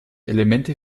elemente